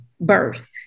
birth